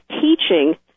teaching